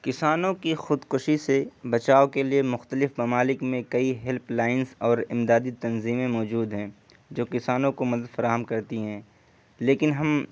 کسانوں کی خود کشی سے بچاؤ کے لیے مختلف ممالک میں کئی ہیلپ لائنس اور امدادی تنظیمیں موجود ہیں جو کسانوں کو مدد فراہم کرتی ہیں لیکن ہم